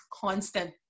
constant